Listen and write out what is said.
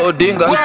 Odinga